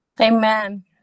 Amen